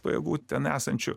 pajėgų ten esančių